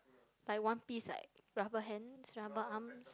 like one piece like rubber hands rubber arms